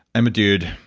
i'm a dude,